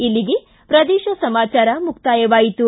ಇಲ್ಲಿಗೆ ಪ್ರದೇಶ ಸಮಾಚಾರ ಮುಕ್ತಾಯವಾಯಿತು